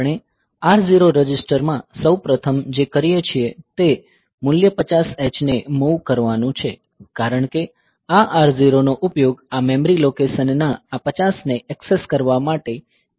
આપણે R0 register માં સૌ પ્રથમ જે કરીએ છીએ તે મૂલ્ય 50h ને મૂવ કરવાનું છે કારણ કે આ R0 નો ઉપયોગ આ મેમરી લોકેશનના આ 50 ને ઍક્સેસ કરવા માટે ઇંડેક્સ તરીકે કરવામાં આવશે